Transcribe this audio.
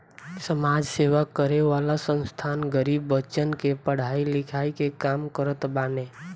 समाज सेवा करे वाला संस्था गरीब बच्चन के पढ़ाई लिखाई के काम करत बाने